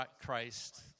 Christ